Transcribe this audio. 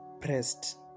pressed